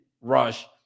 rush